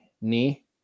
knee